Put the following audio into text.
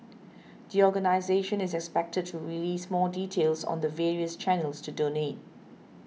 the organisation is expected to release more details on the various channels to donate